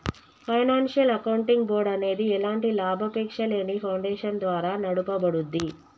financial accounting board అనేది ఎలాంటి లాభాపేక్షలేని ఫౌండేషన్ ద్వారా నడపబడుద్ది